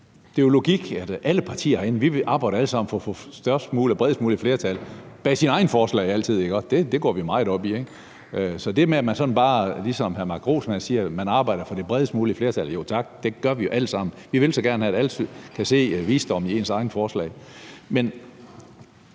Det er jo logik, at alle partier herinde altid arbejder for at få det største og bredest mulige flertal bag deres egne forslag – det går vi meget op i – så når hr. Mark Grossmann siger, at man arbejder for det bredest mulige flertal, vil jeg sige: Jo tak, det gør vi jo alle sammen. Vi vil så gerne have, at alle kan se visdommen i vores egne forslag.